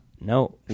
no